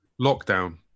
Lockdown